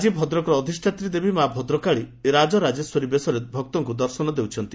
ଆଜି ଭଦ୍ରକର ଅଧିଷାତ୍ରୀ ଦେବୀ ମା ଭଦ୍ରକାଳୀ ରାଜରାଜେଶ୍ୱରୀ ବେଶରେ ଦର୍ଶନ ଦେଉଛନ୍ତି